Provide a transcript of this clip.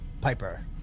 Piper